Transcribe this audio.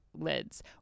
lids